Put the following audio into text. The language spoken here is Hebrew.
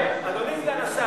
אדוני סגן השר,